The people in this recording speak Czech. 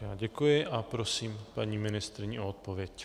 Já děkuji a prosím paní ministryni o odpověď.